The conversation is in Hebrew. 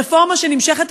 רפורמה שנמשכת,